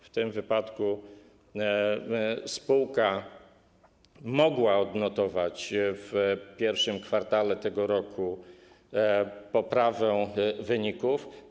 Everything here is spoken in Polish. W tym wypadku spółka mogła odnotować w I kwartale tego roku poprawę wyników.